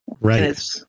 Right